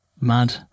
mad